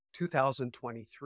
2023